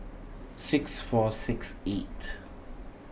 six four six eight